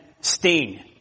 Sting